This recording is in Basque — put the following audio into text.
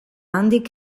handik